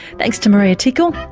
thanks to maria tickle,